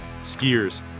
Skiers